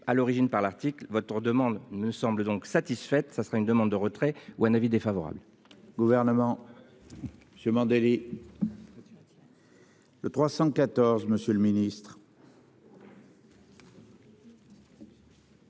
à l'origine par l'article, votre demande ne semble donc satisfaite, ça serait une demande de retrait ou un avis défavorable.